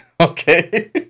Okay